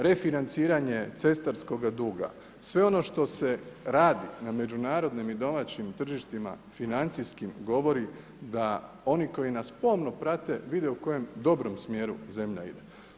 Refinanciranje cestarskoga duga, sve ono što se radi na međunarodnim i domaćim tržištima, financijskim, govori da oni koji nas pomno prate vide u kojem dobrom smjeru zemlja ide.